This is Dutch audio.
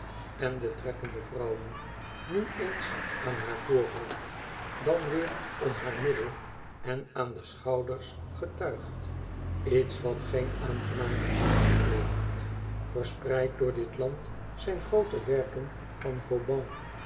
handel drijft kende vrouwen nu eens aan haar voorhoofd dan weer om haar middel en aan de schouders getuigd iets wat geen aangenaam gezicht oplevert verspreid door dit land zijn groote werken van